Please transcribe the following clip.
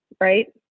right